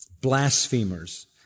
blasphemers